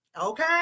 Okay